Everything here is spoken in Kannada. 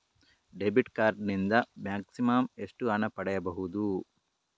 ಡೆಬಿಟ್ ಕಾರ್ಡ್ ನಿಂದ ಮ್ಯಾಕ್ಸಿಮಮ್ ಎಷ್ಟು ಹಣ ಪಡೆಯಬಹುದು?